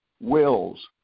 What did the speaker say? wills